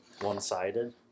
One-sided